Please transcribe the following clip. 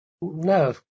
no